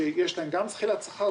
שיש להם גם זחילת שכר,